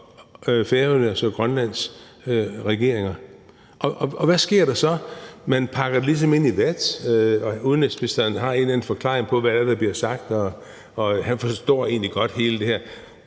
Færøernes og Grønlands regeringer. Hvad sker der så? Man pakker det ligesom ind i vat, og udenrigsministeren har en eller anden forklaring på, hvad det er, der bliver sagt, og han forstår egentlig godt hele det her.